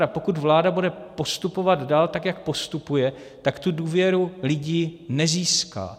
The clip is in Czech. A pokud vláda bude postupovat dál tak, jak postupuje, tak tu důvěru lidí nezíská.